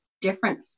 different